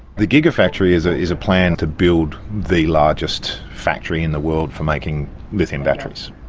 the gigafactory is ah is a plan to build the largest factory in the world for making lithium batteries.